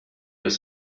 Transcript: aus